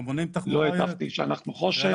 לא כתבתי שאנחנו חושך.